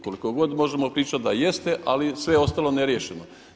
Koliko god možemo pričati da jeste, ali sve je ostalo neriješeno.